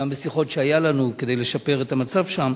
גם היו לנו שיחות כדי לשפר את המצב שם.